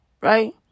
Right